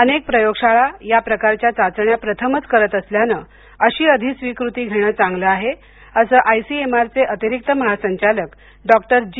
अनेक प्रयोगशाळा या प्रकारच्या चाचण्या प्रथमच करत असल्याने अशी अधिस्वीकृती घेण चांगलं आहे असं आय सी एम आर चे अतिरिक्त महासंचालक डॉक्टर जी